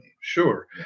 Sure